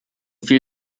viel